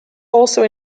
also